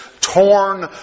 torn